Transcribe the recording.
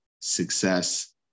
success